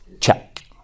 Check